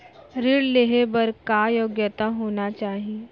ऋण लेहे बर का योग्यता होना चाही?